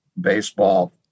baseball